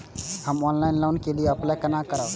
हम online loan के लिए अप्लाई केना करब?